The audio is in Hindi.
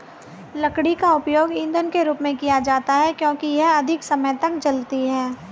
लकड़ी का उपयोग ईंधन के रूप में किया जाता है क्योंकि यह अधिक समय तक जलती है